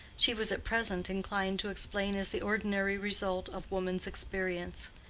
she was at present inclined to explain as the ordinary result of woman's experience.